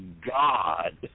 God